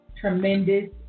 Tremendous